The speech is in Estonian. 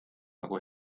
nagu